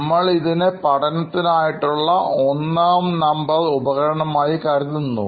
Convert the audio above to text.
നമ്മൾ ഇതിനെ പഠനത്തിന് ആയിട്ടുള്ള ഒന്നാം നമ്പർ ഉപകരണമായി കരുതുന്നു